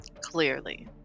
clearly